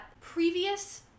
previous